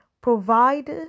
provide